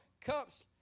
cups